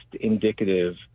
indicative